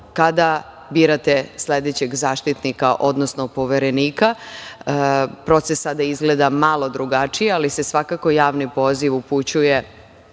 kada birate sledećeg Zaštitnika građana, odnosno Poverenika. Proces sada izgleda malo drugačije, ali se svakako javni poziv upućuje